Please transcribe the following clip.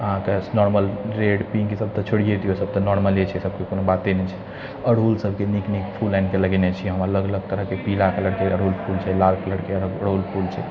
अहाँके normal red pink ई सब तऽ छोड़िये दियौ ई सब तऽ नॉर्मल छै ई सबके कोनो बाते नहि छै अड़हुल सबके नीक नीक फूल आनिके लगेने छियै हम अलग अलग तरहके पीरा कलरके अड़हुल फूल छै लाल कलरके अड़हुल फूल छै